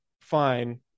fine